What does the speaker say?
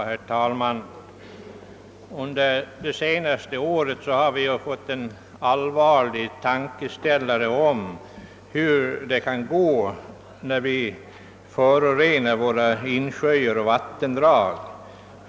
Herr talman! Under det senaste året har vi fått en allvarlig tankeställare — en varning om hur det kan gå när vi tillåter att våra insjöar och vattendrag förorenas.